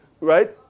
Right